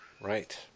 right